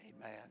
Amen